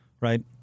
Right